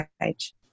page